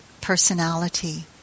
personality